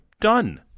Done